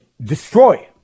destroy